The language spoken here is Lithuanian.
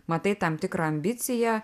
matai tam tikrą ambiciją